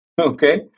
okay